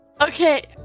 Okay